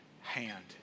hand